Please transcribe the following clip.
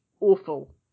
awful